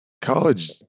College